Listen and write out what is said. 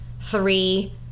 three